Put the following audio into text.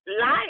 life